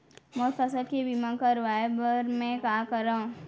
मोर फसल के बीमा करवाये बर में का करंव?